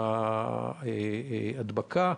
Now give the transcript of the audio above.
ההדבקה.